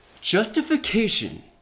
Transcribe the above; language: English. Justification